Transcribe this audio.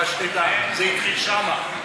אבל שתדע, זה התחיל שם.